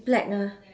black ah